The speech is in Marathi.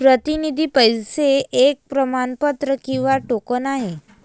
प्रतिनिधी पैसे एक प्रमाणपत्र किंवा टोकन आहे